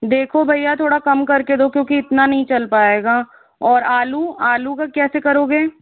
देखो भैया थोड़ा कम करके दो क्योंकि इतना नहीं चल पाएगा और आलू आलू का कैसे करोगे